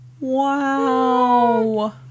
Wow